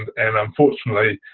and unfortunately,